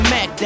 Mac